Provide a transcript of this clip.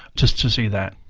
just to see that.